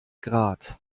grad